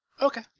Okay